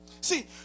See